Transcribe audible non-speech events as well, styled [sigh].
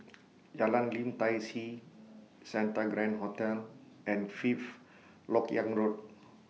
[noise] Jalan Lim Tai See Santa Grand Hotel and Fifth Lok Yang Road